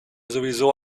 sowieso